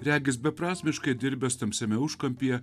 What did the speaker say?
regis beprasmiškai dirbęs tamsiame užkampyje